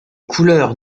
couleurs